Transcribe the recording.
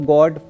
God